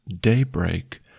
daybreak